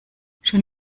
schon